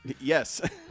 Yes